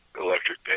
electric